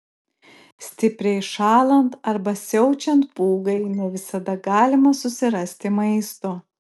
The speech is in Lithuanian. stipriai šąlant arba siaučiant pūgai ne visada galima susirasti maisto